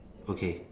okay